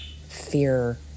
fear